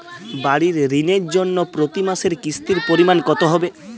বাড়ীর ঋণের জন্য প্রতি মাসের কিস্তির পরিমাণ কত হবে?